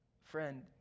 Friend